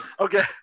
okay